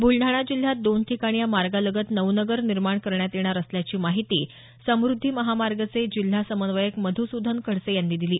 ब्रुलडाणा जिल्ह्यात दोन ठिकाणी या मार्गालगत नवनगर निर्माण करण्यात येणार असल्याची माहिती समुद्धी महामार्गचे जिल्हा समन्वयक मधुसूदन खडसे यांनी दिली